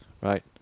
Right